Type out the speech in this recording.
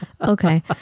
Okay